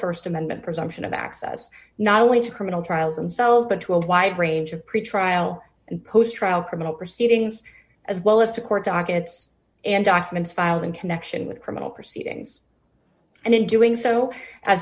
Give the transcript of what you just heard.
the st amendment presumption of access not only to criminal trials themselves but to a wide range of pretrial and post trial criminal proceedings as well as to court dockets and documents filed in connection with criminal proceedings and in doing so